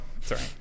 sorry